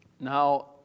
Now